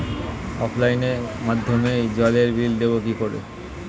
অফলাইনে মাধ্যমেই জলের বিল দেবো কি করে?